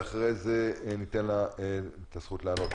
ואחר כך ניתן לה את הזכות לענות.